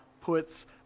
puts